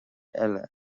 eile